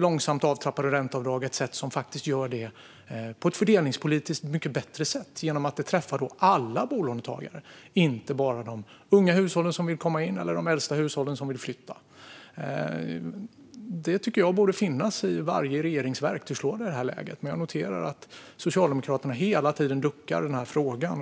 Långsamt avtrappade ränteavdrag är ett sätt att göra det på ett fördelningspolitiskt mycket bättre sätt eftersom det träffar alla bolånetagare, inte bara de unga hushållen som vill komma in eller de äldsta hushållen som vill flytta. Detta tycker jag borde finnas i varje regerings verktygslåda i det här läget. Jag noterar dock att Socialdemokraterna hela tiden duckar i den frågan.